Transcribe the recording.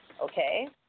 Okay